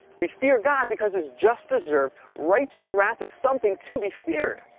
we fear god because his just deserved, righteous wrath is something to be feared!